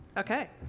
ok.